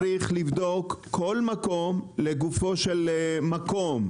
צריך לבדוק כל מקום לגופו של מקום,